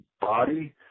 body